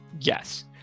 Yes